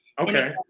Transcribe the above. Okay